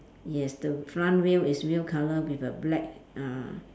yes the front wheel is wheel colour with black uh